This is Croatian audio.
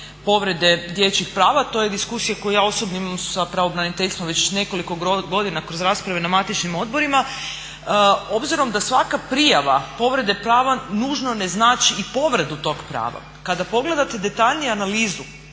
povrede dječjih prava, to je diskusija koju ja osobno imam sa pravobraniteljstvom već nekoliko godina kroz rasprave na matičnim odborima. Obzirom da svaka prijava povrede prava nužno ne znači i povredu tog pravo. Kada pogledate detaljnije analizu,